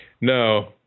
No